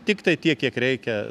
tiktai tiek kiek reikia